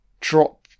Drop